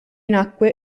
nacque